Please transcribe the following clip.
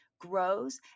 grows